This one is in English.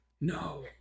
No